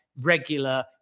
regular